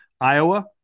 Iowa